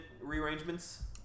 rearrangements